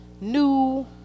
new